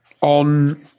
on